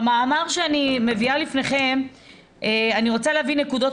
במאמר שאני מביאה לפניכם אני רוצה להביא נקודות